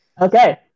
Okay